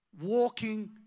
walking